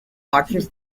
marches